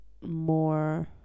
more